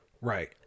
Right